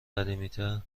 قدیمیتر